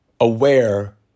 aware